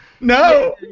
No